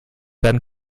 werden